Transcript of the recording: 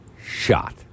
shot